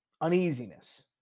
Uneasiness